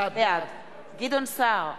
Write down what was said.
בעד גדעון סער,